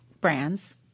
brands